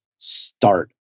start